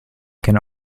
can